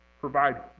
provide